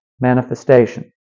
manifestation